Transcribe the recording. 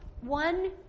one